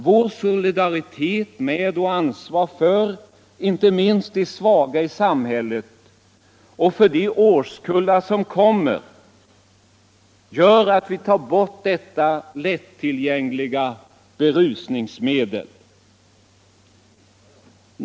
Vår solidaritet med och vårt ansvar för inte minst de svaga i samhället och de årskullar som kommer gör att vi tar bort detta lättillgängliga berusningsmedel.